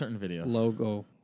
logo